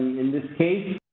in this case,